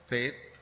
Faith